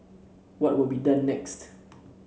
what will be done next